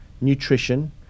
nutrition